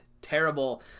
Terrible